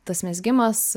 tas mezgimas